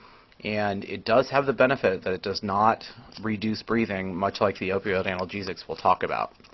and it does have the benefit that it does not reduce breathing, much like the opiate analgesics we'll talk about.